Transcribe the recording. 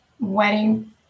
wedding